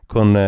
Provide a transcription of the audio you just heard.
Con